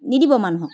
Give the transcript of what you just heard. নিদিব মানুহক